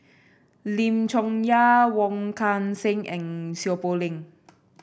Lim Chong Yah Wong Kan Seng and Seow Poh Leng